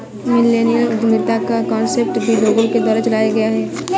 millennial उद्यमिता का concept भी लोगों के द्वारा चलाया गया है